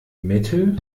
mittel